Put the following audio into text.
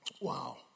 Wow